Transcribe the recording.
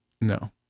no